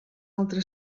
altre